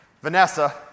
Vanessa